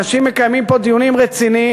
אנשים מקיימים פה דיונים רציניים.